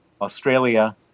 Australia